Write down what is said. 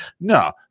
No